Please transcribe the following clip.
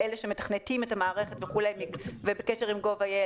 שהם אלה שמתכנתים את המערכת ונמצאים בקשר עם gov.il.